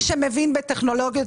כל מי שמבין בטכנולוגיות,